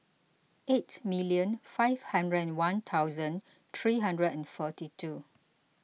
eight million five hundred and one thousand three hundred and forty two